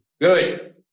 Good